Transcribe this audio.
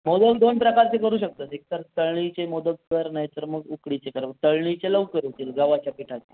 मोदक दोन प्रकारचे करू शकतेस एकतर तळणीचे मोदक कर नाहीतर मग उकडीचे कर तळणीचे लवकर होतील गव्हाच्या पिठाचे